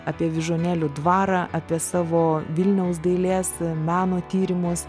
apie vyžuonėlių dvarą apie savo vilniaus dailės meno tyrimus